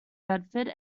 bedford